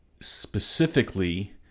specifically